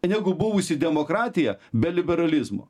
negu buvusi demokratija be liberalizmo